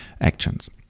actions